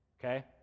Okay